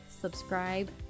subscribe